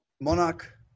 Monarch